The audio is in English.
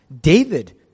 David